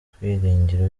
kwiringira